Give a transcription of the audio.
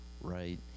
right